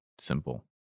simple